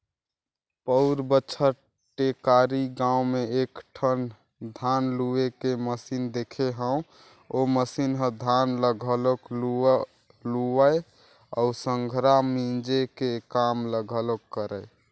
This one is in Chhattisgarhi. पउर बच्छर टेकारी गाँव में एकठन धान लूए के मसीन देखे हंव ओ मसीन ह धान ल घलोक लुवय अउ संघरा मिंजे के काम ल घलोक करय